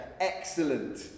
excellent